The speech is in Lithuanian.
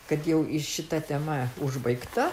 kad jau ir šita tema užbaigta